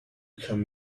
come